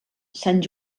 sant